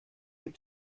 dem